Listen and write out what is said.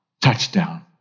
Touchdown